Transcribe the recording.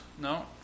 No